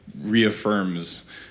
reaffirms